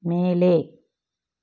மேலே